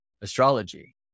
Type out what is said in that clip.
astrology